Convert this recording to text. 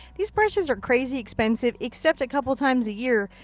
these brushes are crazy expensive except a couple times a year.